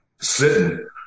sitting